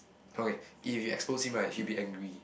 okay if you expose him right he will be angry